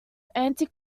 anti